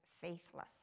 faithless